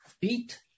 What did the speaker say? Beat